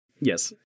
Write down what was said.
Yes